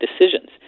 decisions